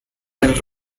are